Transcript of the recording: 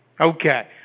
Okay